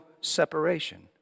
separation